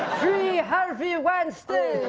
free harvey weinstein.